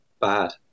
bad